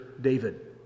David